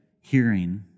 hearing